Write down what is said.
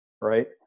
right